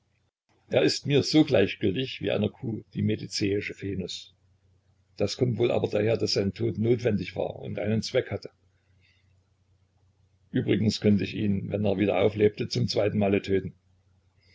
er ist mir so gleichgültig wie einer kuh die medicäische venus das kommt wohl daher daß sein tod notwendig war und einen zweck hatte übrigens könnt ich ihn jetzt wenn er wieder auflebte zum zweiten male töten